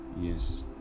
yes